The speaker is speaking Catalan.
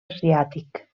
asiàtic